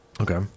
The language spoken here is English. Okay